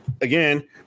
again